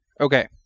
Okay